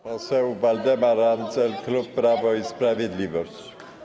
Poseł Waldemar Andzel, klub Prawo i Sprawiedliwość.